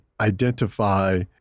identify